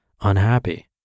unhappy